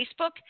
Facebook